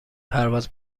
پرواز